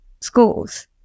schools